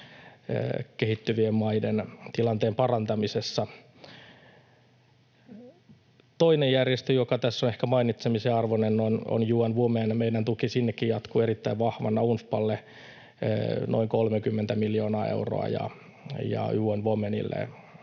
kehittyvien maiden tilanteen parantamisessa. Toinen järjestö, joka tässä on ehkä mainitsemisen arvoinen, on UN Women. Meidän tukemme sinnekin jatkuu erittäin vahvana. UNFPAlle on noin 30 miljoonaa euroa